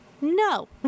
No